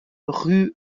rue